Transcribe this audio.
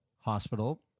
Hospital